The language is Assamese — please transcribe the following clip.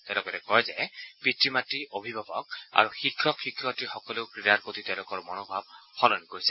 তেওঁ লগতে কয় যে পিত মাত অভিভাৱক আৰু শিক্ষক শিক্ষয়িত্ৰীসকলেও ক্ৰীড়াৰ প্ৰতি তেওঁলোকৰ মনোভাৱ সলনি কৰিছে